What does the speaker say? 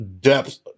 Depth